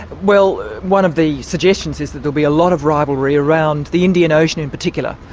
well one of the suggestions is that there'll be a lot of rivalry around the indian ocean in particular.